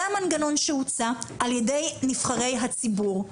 זה המנגנון שהוצע על ידי נבחרי הציבור.